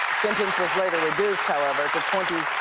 sentence was later reduced, however, to twenty